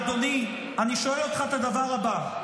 אדוני, אני שואל אותך את הדבר הבא: